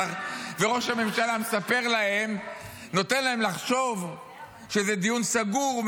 וראש הממשלה נותן להם לחשוב שזה דיון סגור,